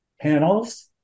panels